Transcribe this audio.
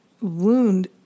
wound